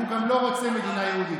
והוא גם לא רוצה מדינה יהודית.